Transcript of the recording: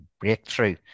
breakthrough